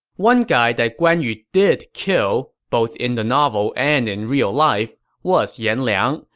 one guy that guan yu did kill, both in the novel and in real life, was yan liang,